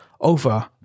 over